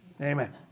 amen